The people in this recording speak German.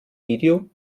video